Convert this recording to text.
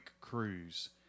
cruise